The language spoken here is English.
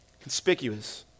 Conspicuous